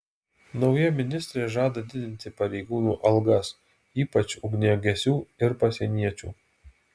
nauja ministrė žada didinti pareigūnų algas ypač ugniagesių ir pasieniečių